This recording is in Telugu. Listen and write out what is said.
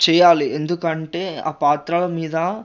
చేయాలి ఎందుకంటే ఆ పాత్రల మీద